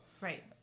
Right